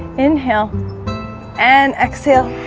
inhale and exhale